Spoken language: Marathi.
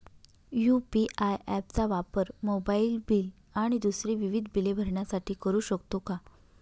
यू.पी.आय ॲप चा वापर मोबाईलबिल आणि दुसरी विविध बिले भरण्यासाठी करू शकतो का?